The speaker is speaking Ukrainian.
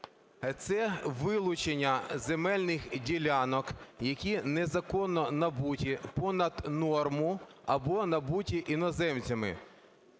Це вилучення земельних ділянок, які незаконно набуті понад норму або набуті іноземцями.